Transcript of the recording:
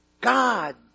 God